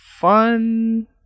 fun